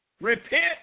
Repent